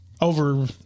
over